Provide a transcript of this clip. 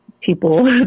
people